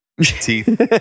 Teeth